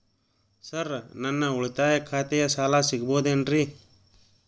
Sir ನನ್ನ ಉಳಿತಾಯ ಖಾತೆಯ ಸಾಲ ಸಿಗಬಹುದೇನ್ರಿ?